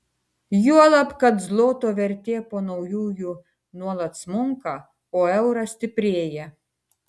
juolab kad zloto vertė po naujųjų nuolat smunka o euras stiprėja